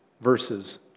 verses